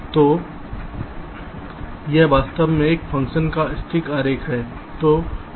तो यह वास्तव में इस फ़ंक्शन का स्टिक आरेख लेआउट है